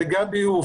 אלא זה גם ביוב.